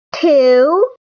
Two